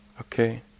okay